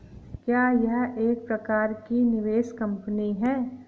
क्या यह एक प्रकार की निवेश कंपनी है?